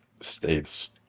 states